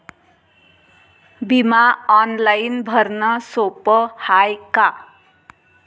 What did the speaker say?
बिमा ऑनलाईन भरनं सोप हाय का?